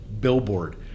billboard